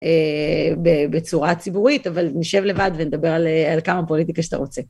בצורה ציבורית, אבל נשב לבד ונדבר על כמה פוליטיקה שאתה רוצה.